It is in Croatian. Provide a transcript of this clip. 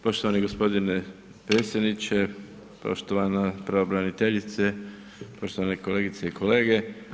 Poštovani gospodine predsjedniče, poštovana pravobraniteljice, poštovani kolegice i kolege.